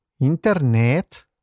Internet